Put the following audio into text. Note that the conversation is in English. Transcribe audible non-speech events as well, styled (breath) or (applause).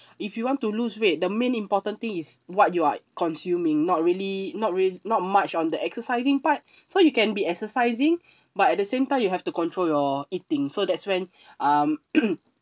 if you want to lose weight the main important thing is what you are consuming not really not really not much on the exercising part so you can be exercising (breath) but at the same time you have to control your eating so that's when (breath) um